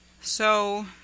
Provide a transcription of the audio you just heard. So